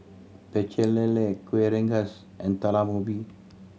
Pecel Lele Kueh Rengas and Talam Ubi